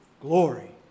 glory